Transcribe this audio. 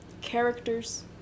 characters